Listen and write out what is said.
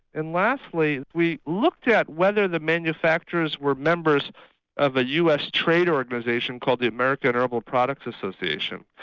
and lastly we looked at whether the manufacturers were members of a us trade organisation called the american herbal products association.